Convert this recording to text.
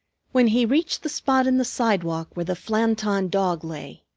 when he reached the spot in the sidewalk where the flanton dog lay,